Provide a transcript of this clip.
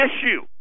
issue